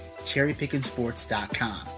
cherrypickinsports.com